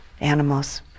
animals